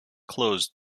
closed